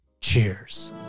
cheers